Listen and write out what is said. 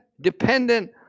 dependent